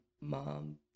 mom